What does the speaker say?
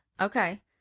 Okay